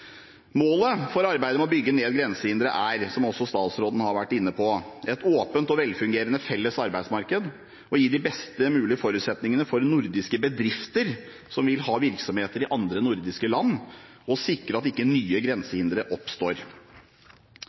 Målet for arbeidet med å bygge ned grensehindre er – som også statsråden har vært inne på – et åpent og velfungerende felles arbeidsmarked, å gi best mulig forutsetninger for nordiske bedrifter som vil ha virksomheter i andre nordiske land, og å sikre at ikke nye grensehindre oppstår.